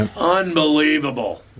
Unbelievable